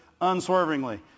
unswervingly